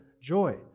joy